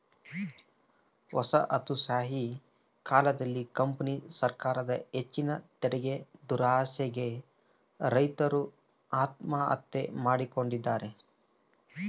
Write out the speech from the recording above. ವಸಾಹತುಶಾಹಿ ಕಾಲದಲ್ಲಿ ಕಂಪನಿ ಸರಕಾರದ ಹೆಚ್ಚಿನ ತೆರಿಗೆದುರಾಸೆಗೆ ರೈತರು ಆತ್ಮಹತ್ಯೆ ಮಾಡಿಕೊಂಡಿದ್ದಾರೆ